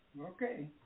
Okay